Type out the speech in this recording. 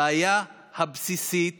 הבעיה הבסיסית